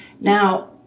Now